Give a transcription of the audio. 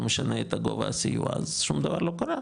משנה את גובה הסיוע אז שום דבר לא קרה,